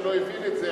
שלא הבין את זה,